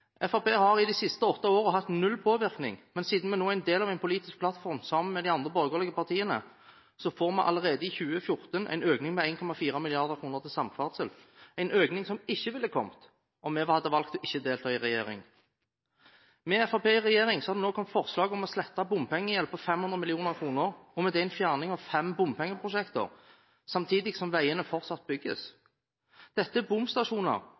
sommer. Fremskrittspartiet har de siste årene hatt null påvirkning, men siden vi nå er en del av en politisk plattform sammen med de andre borgerlige partiene får vi allerede i 2014 en økning på 1,4 mrd. til samferdsel – en økning som ikke ville ha kommet om vi hadde valgt ikke å delta i regjering. Med Fremskrittspartiet i regjering har det nå kommet forslag om å slette bompengegjeld på 500 mill. kr, og med det en fjerning av fem bompengeprosjekter, samtidig som veiene fortsatt bygges. Dette er bomstasjoner